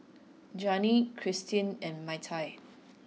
Janine Cristina and Myrtle